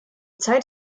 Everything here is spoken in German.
zeit